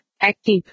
Active